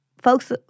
folks